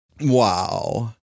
Wow